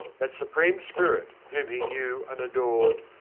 that supreme spirit whom he knew and adored,